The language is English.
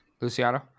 Luciano